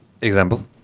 Example